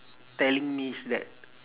telling me is that